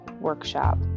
workshop